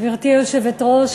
גברתי היושבת-ראש,